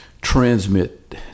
transmit